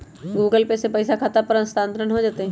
Google Pay से पईसा खाता पर स्थानानंतर हो जतई?